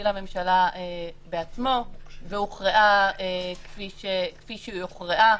לממשלה בעצמו והוכרעה כפי שהוכרעה,